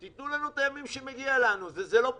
תנו לנו את הימים שמגיעים לנו זה לא פוליטי.